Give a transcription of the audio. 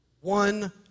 one